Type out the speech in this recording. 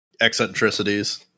eccentricities